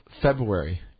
February